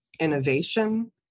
innovation